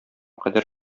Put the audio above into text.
кадәр